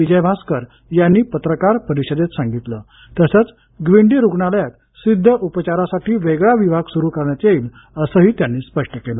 विजयभास्कर यांनी पत्रकार परिषदेत सांगितल तसंच ग्वींडी रुग्णालयांत सिध्द उपचारासाठी वेगळा विभाग सुरु करण्यात येईल असंही त्यांनी स्पष्ट केलं